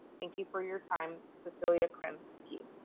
thank you for your time, cecelia krenzke.